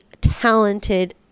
talented